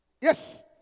Yes